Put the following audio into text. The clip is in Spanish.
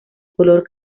color